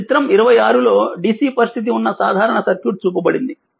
ఈ చిత్రం 26 లో DC పరిస్థితి ఉన్న సాధారణ సర్క్యూట్ చూపించబడినది